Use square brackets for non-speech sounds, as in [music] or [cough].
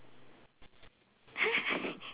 [laughs]